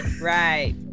right